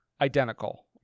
identical